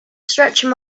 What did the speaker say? stretching